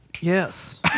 Yes